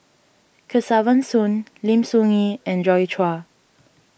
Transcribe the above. Kesavan Soon Lim Soo Ngee and Joi Chua